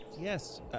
Yes